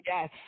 Yes